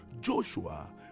Joshua